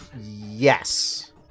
yes